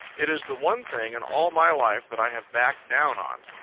it is the one thing in all my life that i have backed down on.